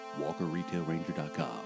WalkerRetailRanger.com